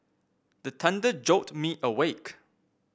the thunder jolt me awake